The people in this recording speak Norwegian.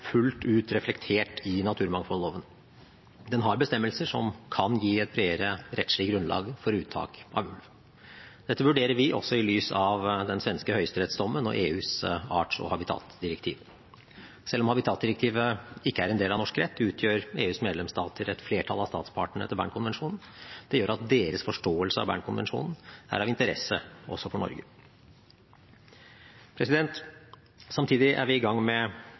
fullt ut reflektert i naturmangfoldloven. Den har bestemmelser som kan gi et bredere rettslig grunnlag for uttak av ulv. Dette vurderer vi også i lys av den svenske høyesterettsdommen og EUs arts- og habitatdirektiv. Selv om habitatdirektivet ikke er en del av norsk rett, utgjør EUs medlemsstater et flertall av statspartene etter Bern-konvensjonen. Det gjør at deres forståelse av Bern-konvensjonen er av interesse også for Norge. Samtidig er vi i gang med